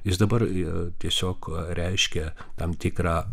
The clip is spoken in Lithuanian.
jis dabar tiesiog reiškia tam tikrą